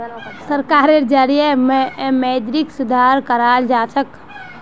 सरकारेर जरिएं मौद्रिक सुधार कराल जाछेक